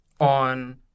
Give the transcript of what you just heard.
on